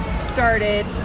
started